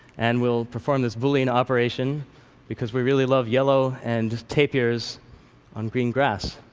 and we'll perform this boolean operation because we really love yellow and tapirs on green grass.